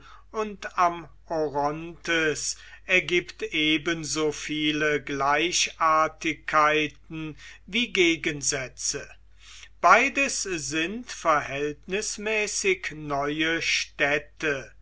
und am orontes ergibt ebenso viele gleichartigkeiten wie gegensätze beides sind verhältnismäßig neue städte